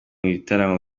bitaramo